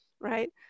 right